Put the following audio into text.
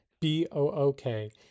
B-O-O-K